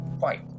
fight